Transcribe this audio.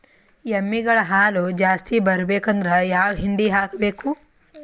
ಎಮ್ಮಿ ಗಳ ಹಾಲು ಜಾಸ್ತಿ ಬರಬೇಕಂದ್ರ ಯಾವ ಹಿಂಡಿ ಹಾಕಬೇಕು?